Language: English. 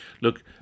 Look